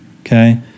okay